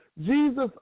Jesus